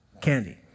candy